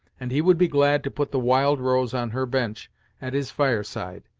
and he would be glad to put the wild rose on her bench at his fireside.